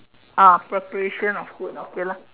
uh preparation of food okay lah